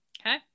Okay